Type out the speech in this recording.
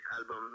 album